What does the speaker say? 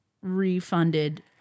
refunded